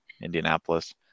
Indianapolis